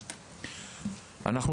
לצד זאת,